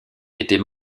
était